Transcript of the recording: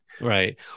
Right